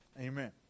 Amen